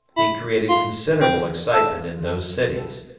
he created considerable excitement in those cities.